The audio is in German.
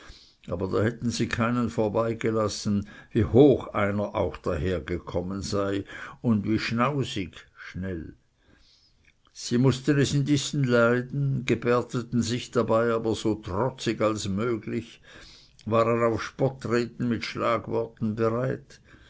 aber da hätten sie keinen vorbeigelassen wie hoch einer auch dahergekommen sei und wie schnausig sie mußten es indessen leiden gebärdeten sich dabei aber so trotzig als möglich waren auf spottreden mit schlagworten bereit